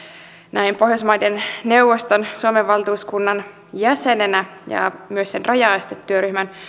näin pohjoismaiden neuvoston suomen valtuuskunnan jäsenenä ja myös sen rajaestetyöryhmän